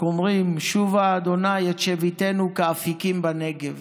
אנחנו אומרים: "שובה ה' את שביתנו כאפיקים בנגב".